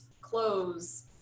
clothes